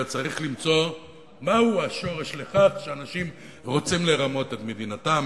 אלא צריך למצוא מהו השורש לכך שאנשים רוצים לרמות את מדינתם,